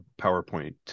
PowerPoint